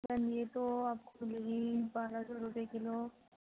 میم یہ تو آپ کو لگے گی بارہ سو روپیے کلو